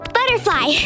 Butterfly